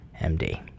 MD